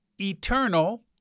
eternal